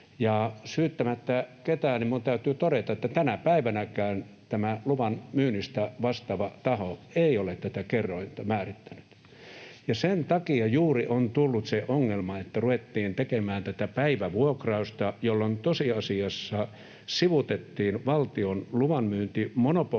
syyttämättä ketään minun täytyy todeta, että tänä päivänäkään tämä luvan myynnistä vastaava taho ei ole tätä kerrointa määrittänyt, ja sen takia juuri on tullut se ongelma, että ruvettiin tekemään tätä päivävuokrausta, jolloin tosiasiassa sivuutettiin valtion luvanmyyntimonopoli,